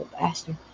bastard